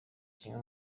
kimwe